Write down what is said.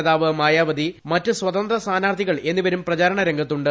നേതാവ് മായാവതി മറ്റ് സ്വതന്ത്ര സ്ഥാനാർത്ഥികൾ എന്നിവരും പ്രചരണരംഗത്തുണ്ട്